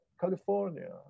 California